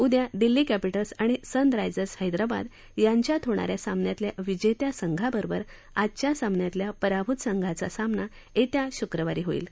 उद्या दिल्ली कॅपिटल्स आणि सनरायजर्स हैदराबाद यांच्यात होणाऱ्या सामन्यातल्या विजेत्या संघाबरोबर आजच्या सामन्यातल्या पराभूत संघाचा सामना येत्या शुक्रवारी होईल